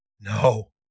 No